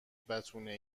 بتونه